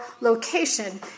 location